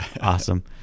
Awesome